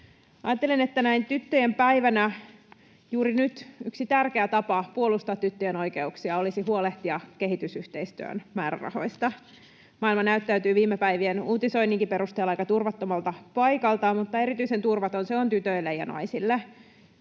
Ajattelen, että näin tyttöjen päivänä juuri nyt yksi tärkeä tapa puolustaa tyttöjen oikeuksia olisi huolehtia kehitysyhteistyön määrärahoista. Maailma näyttäytyy viime päivien uutisoinninkin perusteella aika turvattomalta paikalta, mutta erityisen turvaton se on tytöille ja naisille.